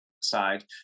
side